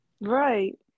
right